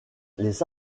les